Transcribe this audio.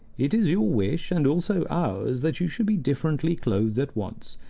it is your wish, and also ours, that you should be differently clothed at once,